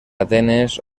atenes